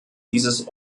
dieses